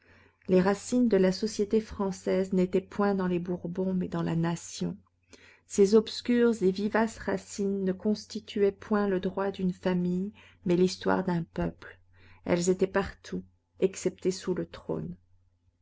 les racines de la société française n'étaient point dans les bourbons mais dans la nation ces obscures et vivaces racines ne constituaient point le droit d'une famille mais l'histoire d'un peuple elles étaient partout excepté sous le trône